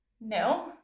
no